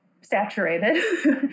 saturated